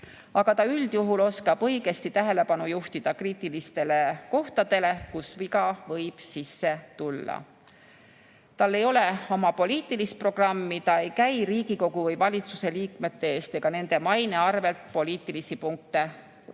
aga üldjuhul oskab ta õigesti tähelepanu juhtida kriitilistele kohtadele, kus viga võib sisse tulla. Tal ei ole oma poliitilist programmi, ta ei käi Riigikogu või valitsuse liikmete eest ega nende maine arvel poliitilisi punkte noppimas.